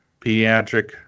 pediatric